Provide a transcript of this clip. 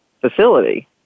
facility